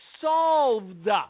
solved